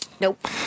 Nope